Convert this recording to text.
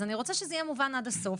אז אני רוצה שזה יהיה מובן עד הסוף,